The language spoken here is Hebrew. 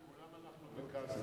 עם כולם אנחנו בכאסח.